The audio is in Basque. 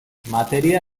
materia